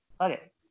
okay